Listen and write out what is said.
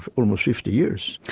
ah almost fifty years.